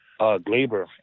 Glaber